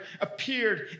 appeared